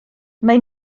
mae